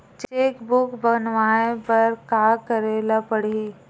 Cheque book बनवाय बर का करे ल पड़हि?